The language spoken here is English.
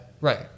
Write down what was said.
Right